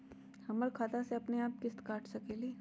हमर खाता से अपनेआप किस्त काट सकेली?